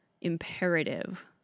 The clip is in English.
imperative